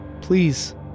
Please